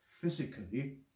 physically